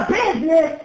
business